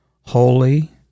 holy